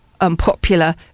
unpopular